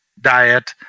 diet